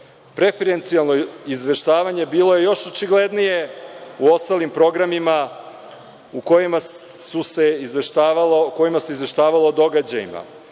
svetlu. Preferencijalno izveštavanje bilo je još očiglednije u ostalim programima u kojima se izveštavalo o događajima,